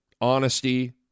honesty